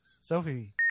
Sophie